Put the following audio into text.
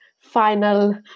final